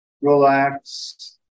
relax